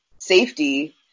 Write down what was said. safety